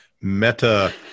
meta